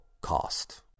cost